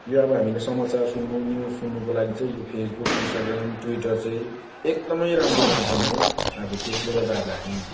यो अब हामीले समचार सुन्नु न्युज सुन्नुको लागि चाहिँ यो फेस बुक इन्स्टाग्राम ट्विटर चाहिँ एकदम राम्रो माध्यम हो अब त्यसले गर्दा अब हामी